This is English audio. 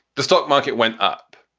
the stock market went up.